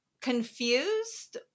confused